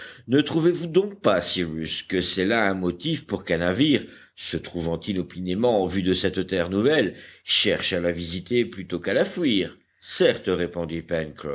ne trouvez-vous donc pas cyrus que c'est là un motif pour qu'un navire se trouvant inopinément en vue de cette terre nouvelle cherche à la visiter plutôt qu'à la fuir certes répondit